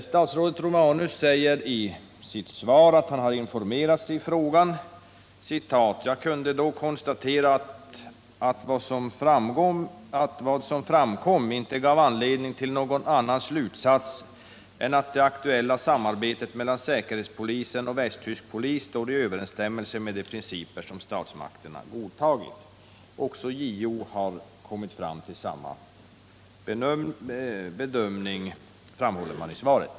Statsrådet Romanus säger i svaret att han har informerat sig i frågan: Jag kunde konstatera att vad som framkom inte gav anledning till någon annan slutsats än att det aktuella samarbetet mellan säkerhetspolisen och västtysk polis står i överensstämmelse med de principer som statsmakterna godtagit. Också JO har kommit fram till samma bedömning, framhåller statsrådet i svaret.